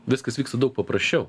viskas vyksta daug paprasčiau